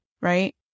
right